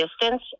distance